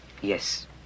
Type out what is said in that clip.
yes